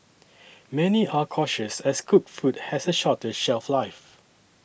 many are cautious as cooked food has a shorter shelf life